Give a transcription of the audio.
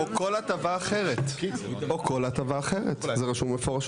או כל הטבה אחרת, זה רשום באופן ברור.